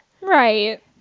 Right